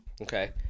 Okay